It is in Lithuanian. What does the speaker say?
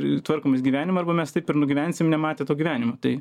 ir tvarkomės gyvenimą arba mes taip ir nugyvensim nematę to gyvenimo tai